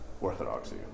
orthodoxy